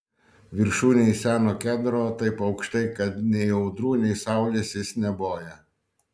viršūnėj seno kedro taip aukštai kad nei audrų nei saulės jis neboja